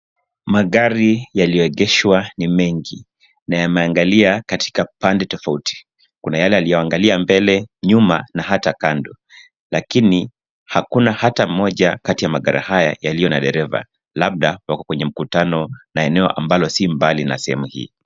Magari yaliyoegeshwa ni mengi na yameangalia katika pande tofauti. Kuna yale yaliyoangalia mbele, nyuma, na hata kando, lakini hakuna hata moja kati ya magari haya yaliyo na dereva. Labda, wako kwenye mkutano na eneo ambalo si mbali na sehemu hii.